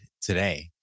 today